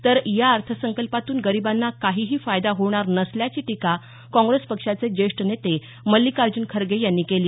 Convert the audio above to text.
तर या अर्थसंकल्पातून गरीबांना काहीही फायदा होणार नसल्याची टीका काँप्रेस पक्षाचे ज्येष्ठ नेते मल्लिकार्ज्न खरगे यांनी केली